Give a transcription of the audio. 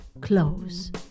close